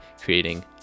creating